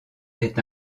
est